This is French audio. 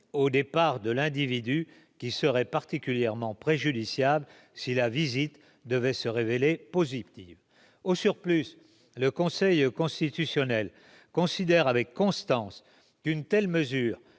au départ de l'individu, qui serait particulièrement préjudiciable si la visite devait se révéler positive. Au surplus, le Conseil constitutionnel considère avec constance qu'une telle mesure